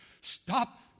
Stop